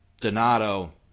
Donato